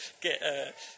get